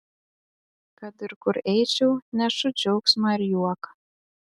kad ir kur eičiau nešu džiaugsmą ir juoką